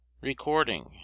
Recording